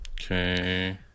Okay